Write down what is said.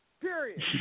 Period